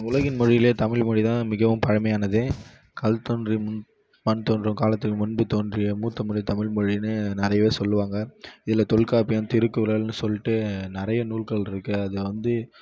உலகின் மொழியிலேயே தமிழ் மொழி தான் மிகவும் பழமையானது கல் தோன்றி முன் மண் தோன்றும் காலத்தில் முன்பு தோன்றிய மூத்த மொழி தமிழ் மொழின்னு நிறையவே சொல்வாங்க இதில் தொல்காப்பியம் திருக்குறள்னு சொல்லிட்டு நிறைய நூல்கள் இருக்கு அது வந்து